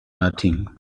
nothing